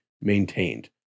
maintained